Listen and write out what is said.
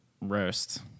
roast